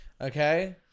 Okay